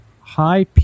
high